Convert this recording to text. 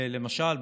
למשל,